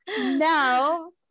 no